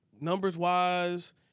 numbers-wise